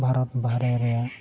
ᱵᱷᱟᱨᱚᱛ ᱵᱟᱦᱨᱮ ᱨᱮᱭᱟᱜ